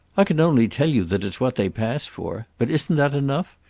i can only tell you that it's what they pass for. but isn't that enough?